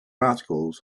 articles